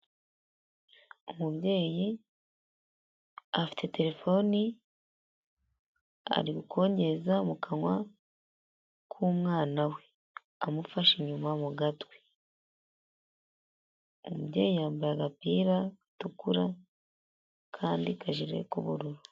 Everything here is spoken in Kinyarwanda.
Umubyeyi afite terefoni ari gukongeza mu kanwa k'umwana we amufashe inyuma mu gatwe. Uyu mubyeyi yambaye agapira gatukura n'akandi kajire k'ubururu.